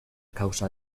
causa